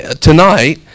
tonight